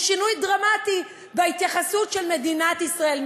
הוא שינוי דרמטי בהתייחסות של מדינת ישראל,